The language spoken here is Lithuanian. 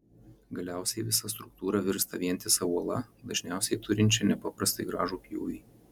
galiausiai visa struktūra virsta vientisa uola dažniausiai turinčia nepaprastai gražų pjūvį